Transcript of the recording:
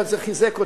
אבל זה חיזק אותנו,